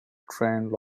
trained